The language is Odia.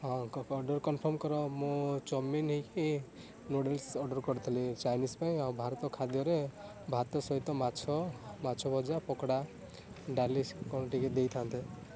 ହଁ କନ୍ଫର୍ମ କର ମୁଁ ଚାଉମିନ୍ ହେଇକି ନୁଡ଼ଲ୍ସ ଅର୍ଡ଼ର୍ କରିଥିଲି ଚାଇନିଜ୍ ପାଇଁ ଆଉ ଭାରତ ଖାଦ୍ୟରେ ଭାତ ସହିତ ମାଛ ମାଛ ଭଜା ପକୋଡ଼ା ଡାଲି କ'ଣ ଟିକେ ଦେଇଥାନ୍ତେ